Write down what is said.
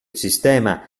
sistema